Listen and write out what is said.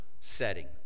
setting